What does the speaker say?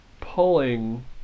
pulling